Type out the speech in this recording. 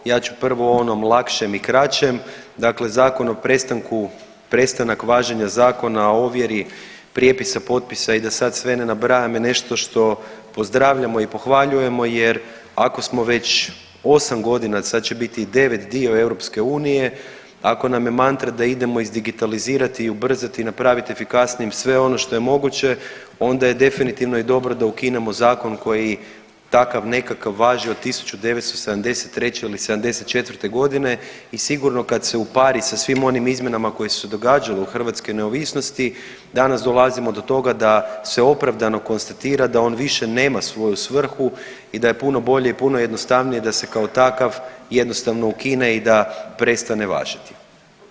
Ja ću prvo o onom lakšem i kraćem, dakle zakon o prestanku, prestanak važenja zakona o ovjeri prijepisa, potpisa i da sad sve na nabrajam je nešto što pozdravljamo i pohvaljujemo jer ako smo već 8 godina, sad će biti i 9, dio EU, ako nam je mantra da idemo izdigitalizirati i ubrzati i napraviti efikasnijim sve ono što je moguće, onda je definitivno i dobro da ukinemo zakon koji takav nekakav važi od 1973. ili '74. godine i sigurno kad se upari sa svim onim izmjenama koje su se događale u hrvatskoj neovisnosti, danas dolazimo do toga da se opravdano konstatira da on više nema svoju svrhu i da je puno bolje i puno jednostavnije da se kao takav jednostavno ukine i da prestane važiti.